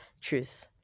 truth